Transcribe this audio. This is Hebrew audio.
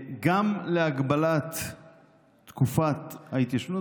גם להגבלת תקופת ההתיישנות,